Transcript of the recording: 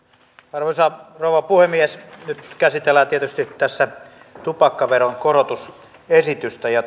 arvoisa rouva puhemies nyt tässä käsitellään tietysti tupakkaveron korotusesitystä ja